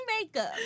makeup